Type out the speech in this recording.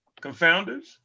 confounders